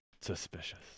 Suspicious